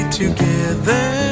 together